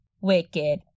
wicked